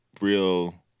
real